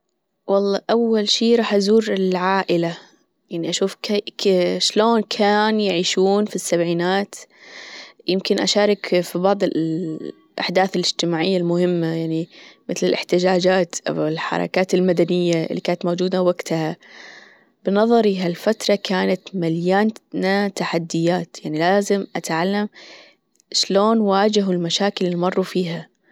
والله أول شي راح أزور العائلة يعني أشوف كيف شلون كان يعيشون في السبعينات، يمكن أشارك في بعض الأحداث الإجتماعية المهمة يعني مثل الإحتجاجات أو الحركات المدنية اللي كانت موجودة وقتها بنظري هالفترة كانت مليانة تحديات يعني لازم أتعلم شلون واجهوا المشاكل اللي مروا فيها.